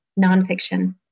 nonfiction